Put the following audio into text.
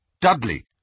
Dudley